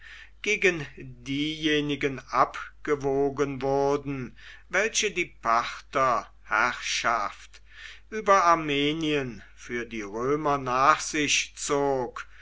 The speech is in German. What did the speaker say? gegen diejenigen abgewogen wurden welche die partherherrschaft über armenien für die römer nach sich zog